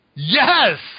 Yes